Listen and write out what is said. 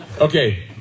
Okay